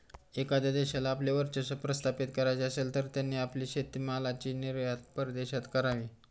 एखाद्या देशाला आपले वर्चस्व प्रस्थापित करायचे असेल, तर त्यांनी आपली शेतीमालाची निर्यात परदेशात करावी